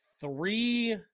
three